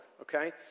okay